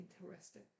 interested